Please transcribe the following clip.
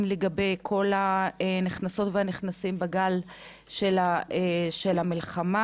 לגבי כל הנכנסות והנכנסים בגל של המלחמה,